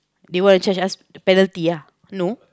they want charge us penalty ah no